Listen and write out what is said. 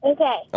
Okay